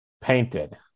Painted